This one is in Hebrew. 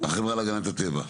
החברה להגנת הטבע.